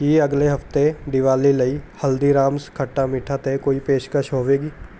ਕੀ ਅਗਲੇ ਹਫਤੇ ਦੀਵਾਲੀ ਲਈ ਹਲਦੀਰਾਮਸ ਖੱਟਾ ਮੀਠਾ 'ਤੇ ਕੋਈ ਪੇਸ਼ਕਸ਼ ਹੋਵੇਗੀ